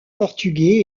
portugais